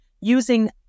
using